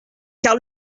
car